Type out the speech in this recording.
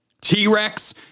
T-Rex